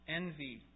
envy